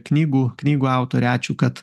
knygų knygų autorė ačiū kad